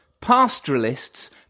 pastoralists